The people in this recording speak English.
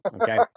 Okay